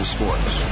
Sports